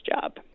job